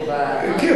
כן,